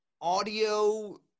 audio